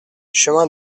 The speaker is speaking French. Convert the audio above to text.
chemin